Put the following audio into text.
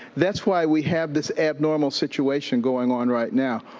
that's why we have this abnormal situation going on right now.